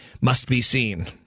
must-be-seen